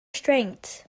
strengths